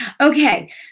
Okay